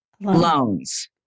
loans